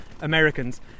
Americans